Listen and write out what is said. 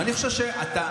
ואני חושב שאתה,